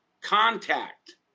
contact